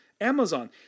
Amazon